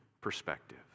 perspective